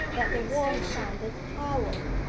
that the wall sounded hollow.